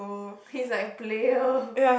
he's like a player